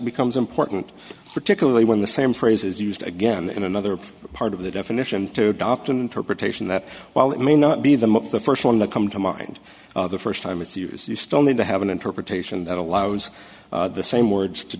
becomes important particularly when the same phrase is used again in another part of the definition to adopt an interpretation that while it may not be them up the first one that come to mind the first time its use you still need to have an interpretation that allows the same words to